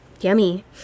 Yummy